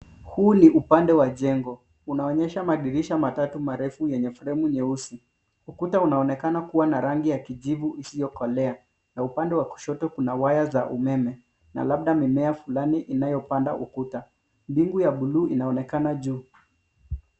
Huu ni upande wa jengo. Unaonyesha madirisha matatu marefu yenye fremu nyeusi. Ukuta unaonekana kuwa na rangi ya kijivu isiyokolea, na upande wa kushoto kuna waya za umeme na labda mimea fulani inayopanda ukuta. Mbingu ya buluu inaonekana juu.